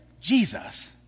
Jesus